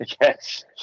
Yes